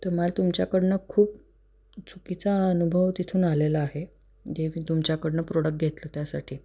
तर मला तुमच्याकडनं खूप चुकीचा अनुभव तिथून आलेला आहे जे मी तुमच्याकडनं प्रोडक्ट घेतलं त्यासाठी